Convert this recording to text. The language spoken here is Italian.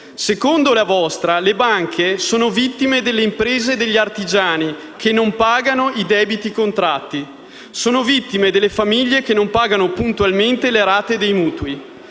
Secondo la vostra, le banche sono vittime delle imprese e degli artigiani che non pagano i debiti contratti e delle famiglie che non pagano puntualmente le rate dei mutui.